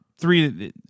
three